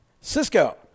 Cisco